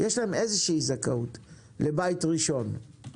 יש להם איזושהי זכאות לבית ראשון.